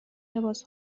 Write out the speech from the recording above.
لباس